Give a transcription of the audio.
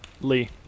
Lee